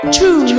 True